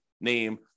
name